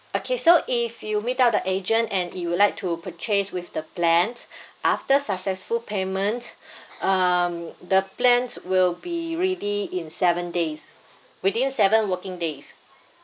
okay so if you meet up the agent and you would like to purchase with the plans after successful payment um the plans will be ready in seven days s~ within seven working days